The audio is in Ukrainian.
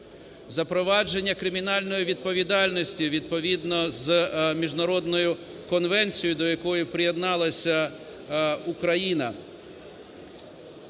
запровадження кримінальної відповідальності відповідно з міжнародною конвенцією, до якої приєдналася Україна.